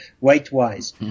weight-wise